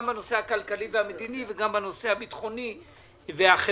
גם בנושא הכלכלי והמדיני וגם בנושא הביטחוני והחברתי.